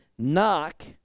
Knock